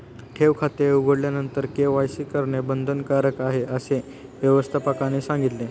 ठेव खाते उघडल्यानंतर के.वाय.सी करणे बंधनकारक आहे, असे व्यवस्थापकाने सांगितले